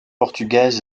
portugaise